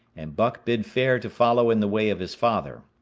and buck bid fair to follow in the way of his father.